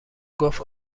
گفت